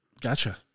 Gotcha